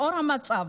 לאור המצב,